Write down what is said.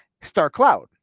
StarCloud